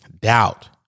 doubt